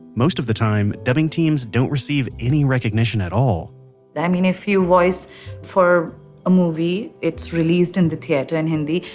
most of the time, dubbing teams don't receive any recognition at all i mean, if your voice for a movie is released in the theater in hindi,